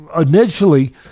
initially